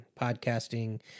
podcasting